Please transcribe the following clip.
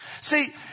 See